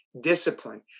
discipline